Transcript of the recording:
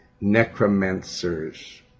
Necromancers